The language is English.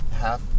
half